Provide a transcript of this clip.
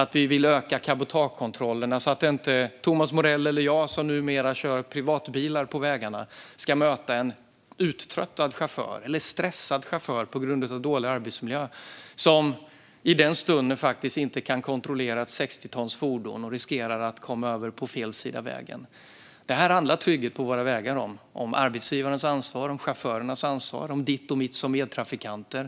Vi vill öka cabotagekontrollerna så att Thomas Morell eller jag som numera kör privatbilar på vägarna inte ska möta en uttröttad chaufför eller en chaufför som är stressad på grund av dålig arbetsmiljö. I den stunden kan en sådan chaufför inte kontrollera ett 60 ton tungt fordon utan riskerar att komma över på fel sida av vägen. Det är detta trygghet på våra vägar handlar om: om arbetsgivarnas ansvar, om chaufförernas ansvar och om ditt och mitt ansvar som medtrafikanter.